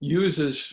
uses